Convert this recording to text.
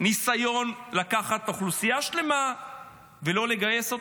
ניסיון לקחת אוכלוסייה שלמה ולא לגייס אותה,